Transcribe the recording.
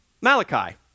Malachi